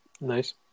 Nice